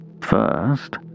First